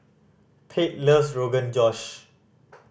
Pate loves Rogan Josh